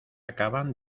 acaban